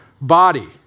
body